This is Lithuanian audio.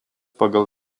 pagal